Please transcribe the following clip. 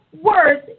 words